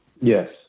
Yes